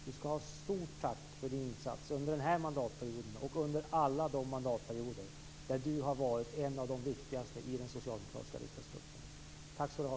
Du skall ha stort tack för din insats under den här mandatperioden och under alla de mandatperioder då du har varit en av de viktigaste i den socialdemokratiska riksdagsgruppen. Tack skall du ha,